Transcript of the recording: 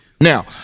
Now